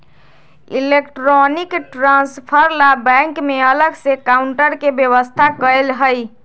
electronic transfer ला bank में अलग से काउंटर के व्यवस्था कएल हई